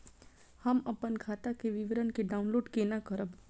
हम अपन खाता के विवरण के डाउनलोड केना करब?